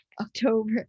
October